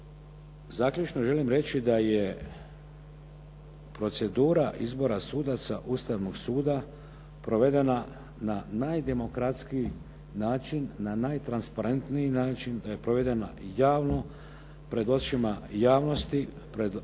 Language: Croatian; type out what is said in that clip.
Zaključno želim reći da je procedura izbora sudaca Ustavnog suda provedena na najdemokratskiji način, na najtransparentniji način, da je provedena javno, pred očima javnosti, pred licem